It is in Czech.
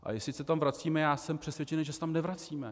A jestli se tam vracíme já jsem přesvědčený, že se tam nevracíme.